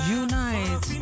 unite